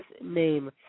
name